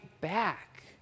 back